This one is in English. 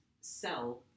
sell